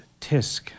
Tisk